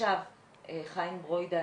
עכשיו חיים ברוידא